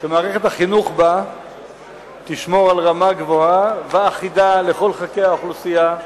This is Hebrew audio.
שמערכת החינוך בה תשמור על רמה גבוהה ואחידה לכל חלקי האוכלוסייה,